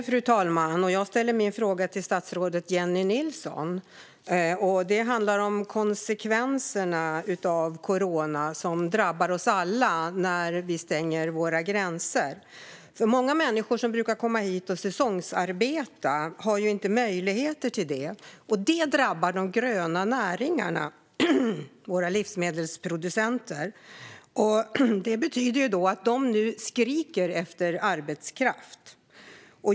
Fru talman! Jag ställer min fråga till statsrådet Jennie Nilsson. Den handlar om konsekvenserna av corona, som drabbar oss alla när vi stänger våra gränser. Många människor som brukar komma hit och säsongsarbeta har inte möjligheter till det, och det drabbar de gröna näringarna, våra livsmedelsproducenter. Det betyder att de nu skriker efter arbetskraft.